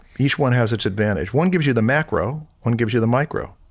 each one has its advantage one gives you the macro, one gives you the micro.